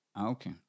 Okay